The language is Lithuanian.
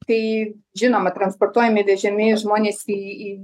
tai žinoma transportuojami vežiami žmonės į į